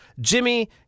Jimmy